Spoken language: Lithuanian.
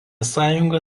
sąjunga